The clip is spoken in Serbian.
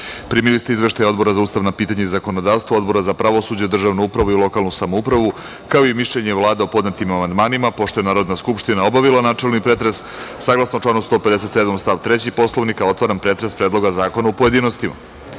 zakona. Primili ste izveštaje Odbora za ustavna pitanja i zakonodavstvo i Odbora za pravosuđe , državne upravu i lokalnu samoupravu, kao i mišljenje Vlade o podnetim amandmanima. Pošto je Narodna skupština obavila načelni pretres, saglasno članu 157. stav 3. Poslovnika Narodne skupštine, otvaram pretres Predloga zakona u pojedinostima. Na